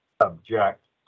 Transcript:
object